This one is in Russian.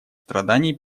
страданий